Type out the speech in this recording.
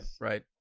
Right